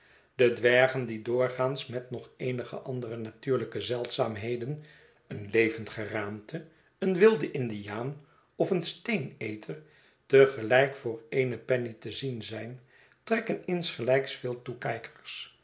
de dwergen die doorgaans met nog eenige andere natuurlijke zeldzaamheden een levend geraamte een wilden indiaan of een steeneter te gelijk voor eene penny te zien zijn trekken insgelijks veel toekijkers